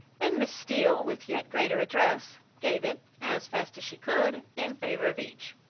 and miss steele, with yet greater address gave it, as fast as she could, in favour of each.